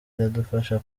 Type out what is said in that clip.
iradufasha